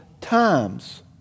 times